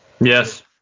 yes